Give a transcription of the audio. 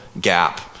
gap